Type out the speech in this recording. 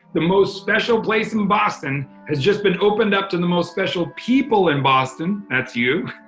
the most special place in boston has just been opened up to the most special people in boston. that's you.